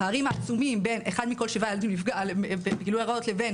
הפערים העצומים כיום בין אחד מתוך שבעה ילדים שנפגע בגילוי עריות לבין